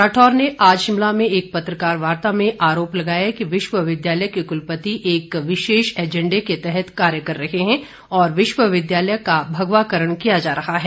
राठौर ने आज शिमला एक पत्रकार वार्ता में आरोप लगाया की विश्व विद्यालय कुलपति एक विशेष एजेंडे के तहत कार्य कर रहे हैं और विश्वविद्यालय का भगवाकरण किया जा रहा है